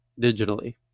digitally